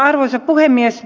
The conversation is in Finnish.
arvoisa puhemies